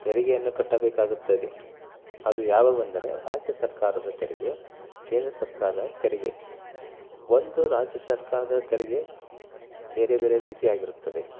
ತೆರಿಗೆಯನ್ನು ಕಟ್ಟಬೇಕಾಗುತ್ತದೆ ಅದು ಯಾವುವು ಎಂದರೆ ರಾಜ್ಯ ಸರ್ಕಾರದ ತೆರಿಗೆ ಕೇಂದ್ರ ಸರ್ಕಾರದ ತೆರಿಗೆ ಒಂದು ರಾಜ್ಯ ಸರ್ಕಾರದ ತೆರಿಗೆ ಬೇರೆ ಬೇರೆ ರೀತಿಯಾಗಿರುತ್ತದೆ